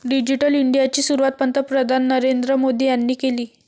digital इंडियाची सुरुवात पंतप्रधान नरेंद्र मोदी यांनी केली